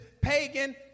pagan